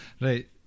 Right